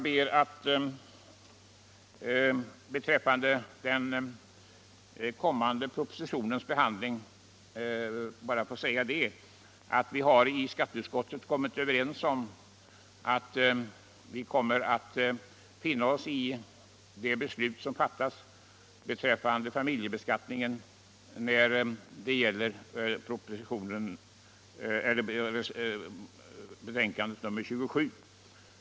Beträffande den kommande propositionens behandling vill jag bara säga att vi i skatteutskottet kommit överens om att finna oss i det beslut som fattas beträffande familjebeskattningen även när det gäller betänkandet nr 28.